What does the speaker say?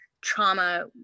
trauma